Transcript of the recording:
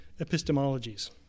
epistemologies